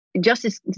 Justice